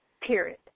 period